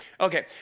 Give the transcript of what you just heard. Okay